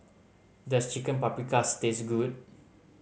does Chicken Paprikas taste good